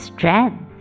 Strength